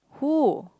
who